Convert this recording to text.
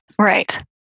Right